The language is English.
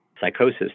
psychosis